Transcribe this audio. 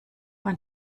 ein